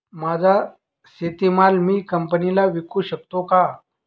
माझा शेतीमाल मी कंपनीला विकू शकतो का?